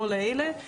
כל אלה.